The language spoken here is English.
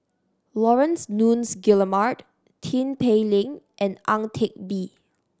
Laurence Nunns Guillemard Tin Pei Ling and Ang Teck Bee